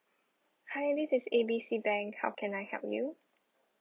hi this is A B C bank how can I help you